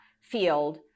field